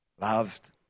loved